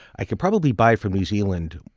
i could probably buy from new zealand